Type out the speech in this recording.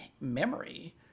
memory